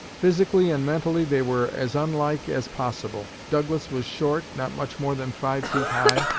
physically and mentally, they were as unlike as possible. douglas was short, not much more than five feet high,